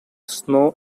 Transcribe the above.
snow